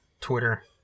Twitter